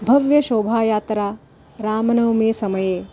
भव्यशोभायात्रा रामनवमेः समये